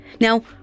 Now